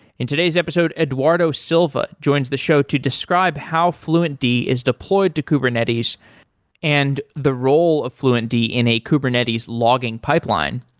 in today's episode, eduardo silva joins the show to describe how fluentd is deployed to kubernetes and the role of fluentd in a kubernetes logging pipeline.